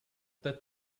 that